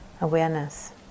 awareness